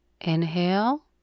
inhale